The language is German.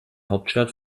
hauptstadt